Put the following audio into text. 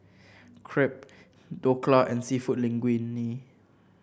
Crepe Dhokla and seafood Linguine